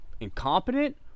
incompetent